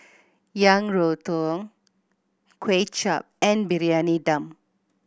Yang Rou Tang Kway Chap and Briyani Dum